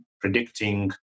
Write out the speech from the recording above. predicting